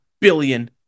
billion